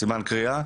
נכון.